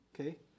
Okay